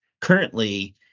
currently